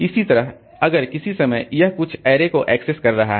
इसी तरह अगर किसी समय यह कुछ अरे को एक्सेस कर रहा है